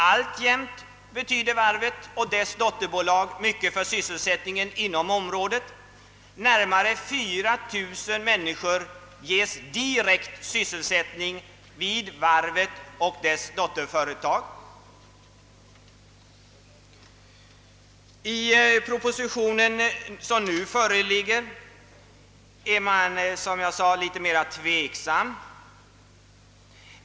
Alltjämt betyder varvet och dess dotterbolag mycket för sysselsättningen inom området. Närmare 4 000 människor ges direkt sysselsättning vid varvet och dess dotterföretag. I den nu föreliggande propositionen yppas emellertid, som jag sade, viss tveksamhet.